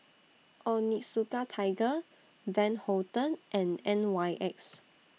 Onitsuka Tiger Van Houten and N Y X